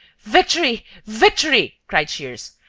victory! victory! cried shears.